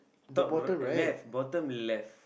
top right uh left bottom left